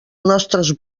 nostres